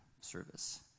service